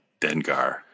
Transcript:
Dengar